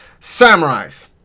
samurais